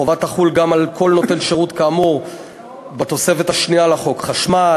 החובה תחול גם על כל נותן שירות כאמור בתוספת השנייה לחוק: חשמל,